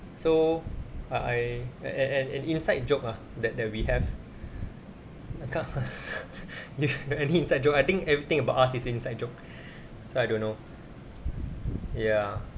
so I I an an an inside joke ah that that we have I can't an inside joke I think everything about us is inside joke so I don't know ya